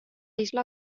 isla